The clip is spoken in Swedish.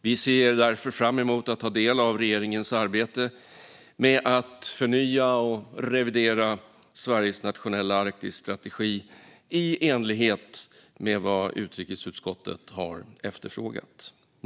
Vi ser därför fram emot att ta del av regeringens arbete med att förnya och revidera Sveriges nationella Arktisstrategi, i enlighet med vad utrikesutskottet har efterfrågat.